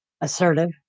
assertive